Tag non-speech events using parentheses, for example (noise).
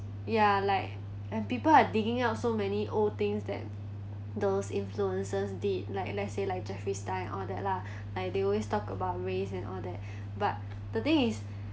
ya like and people are digging out so many old things that those influencers did like let's say like jeffrey epstein all that lah (breath) like they always talk about race and all that but the thing is